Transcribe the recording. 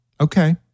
Okay